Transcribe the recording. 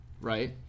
right